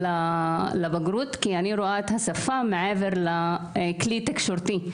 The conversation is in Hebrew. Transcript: לבגרות כי אני רואה את השפה מעבר לכלי תקשורתי.